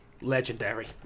legendary